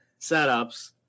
setups